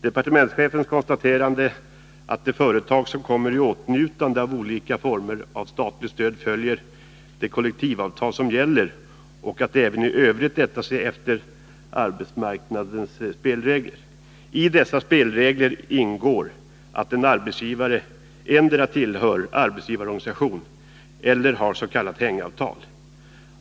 Departementschefen konstaterar att de företag som kommer i åtnjutande av olika former av statligt stöd följer de kollektivavtal som gäller och att de även i övrigt rättar sig efter arbetsmarknadens spelregler. I dessa spelregler ingår att en arbetsgivare endera tillhör arbetsgivarorganisation eller har s.k. hängavtal.